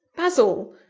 basil!